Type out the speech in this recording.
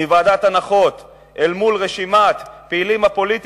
מוועדת ההנחות אל מול רשימת הפעילים הפוליטיים,